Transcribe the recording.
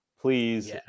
Please